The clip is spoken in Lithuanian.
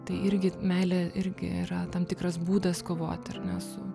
tai irgi meilė irgi yra tam tikras būdas kovoti ar ne su